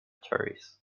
cherries